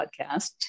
podcast